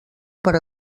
per